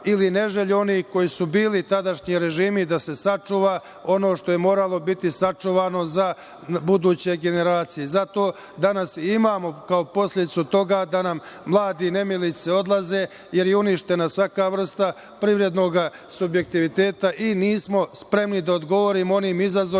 ili ne želju onih koji su bili tadašnji režimi, da se sačuva ono što je moralo biti sačuvano za buduće generacije. Zato danas i imamo kao posledicu toga da nam mladi nemilice odlaze, jer je uništena svaka vrsta privrednog subjektiviteta i nismo spremni da odgovorimo onim izazovima